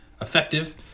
effective